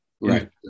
Right